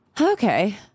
Okay